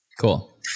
Cool